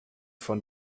von